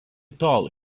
tol